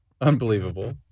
unbelievable